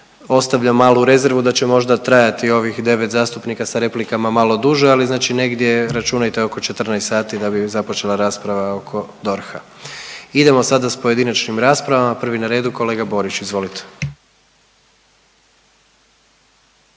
Ostavljam malu rezervu da će možda trajati ovih 9 zastupnika sa replikama malo duže, ali znači negdje računajte oko 14 sati da bi započela rasprava oko DORH-a. Idemo sada s pojedinačnim raspravama, prvi na redu kolega Borić. Izvolite.